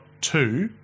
two